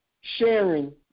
sharing